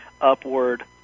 upward